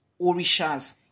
Orishas